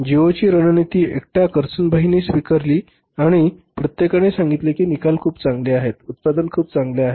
जिओची रणनीती एकट्या कारसनभाईंनी स्वीकारली आणि प्रत्येकाने सांगितले की निकाल खूप चांगले आहेत उत्पादन खूप चांगले आहे